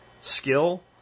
skill